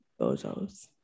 bozos